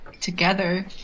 together